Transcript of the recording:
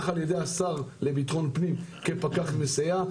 על ידי השר לביטחון פנים כפקח מסייע,